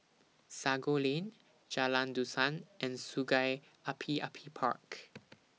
Sago Lane Jalan Dusan and Sungei Api Api Park